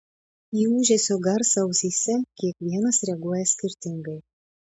į ūžesio garsą ausyse kiekvienas reaguoja skirtingai